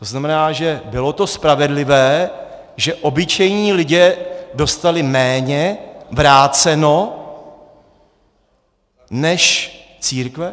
To znamená, bylo to spravedlivé, že obyčejní lidé dostali méně vráceno než církve?